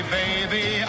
baby